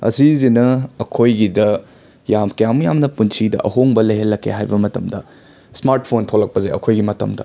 ꯑꯁꯤꯁꯤꯅ ꯑꯩꯈꯣꯏꯒꯤꯗ ꯌꯥꯝ ꯀꯌꯥꯃꯨꯛ ꯌꯥꯝꯅ ꯄꯨꯟꯁꯤꯗ ꯑꯍꯣꯡꯕ ꯂꯩꯍꯜꯂꯛꯀꯦ ꯍꯥꯏꯕ ꯃꯇꯝꯗ ꯁ꯭ꯃꯥꯔꯠ ꯐꯣꯟ ꯊꯣꯛꯂꯛꯄꯁꯦ ꯑꯩꯈꯣꯏꯒꯤ ꯃꯇꯝꯗ